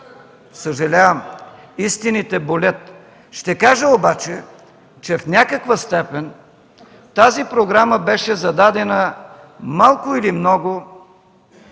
Съжалявам, истините болят! Ще кажа обаче, че в някаква степен тази програма беше зададена, малко или много,